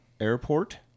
Airport